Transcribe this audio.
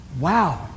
wow